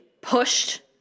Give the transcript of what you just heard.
pushed